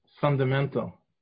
fundamental